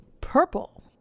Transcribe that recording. Purple